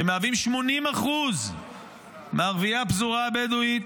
שמהווים 80% מערביי הפזורה הבדואית,